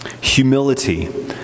Humility